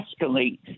escalate